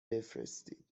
بفرستید